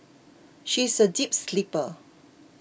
she is a deep sleeper